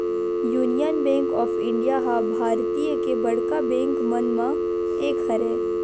union Bank of India ह भारतीय के बड़का बेंक मन म एक हरय